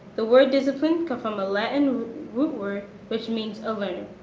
the word discipline comes from a latin word which means of learning.